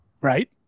right